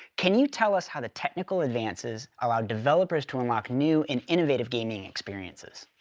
can you tell us how the technical advances allowed developers to unlock new and innovative gaming experiences?